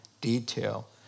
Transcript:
detail